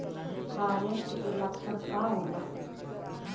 फारेस्ट के लक्षण का होला?